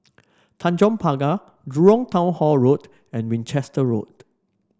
Tanjong Pagar Jurong Town Hall Road and Winchester Road